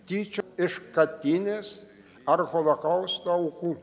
tyčia iš katynės ar holokausto aukų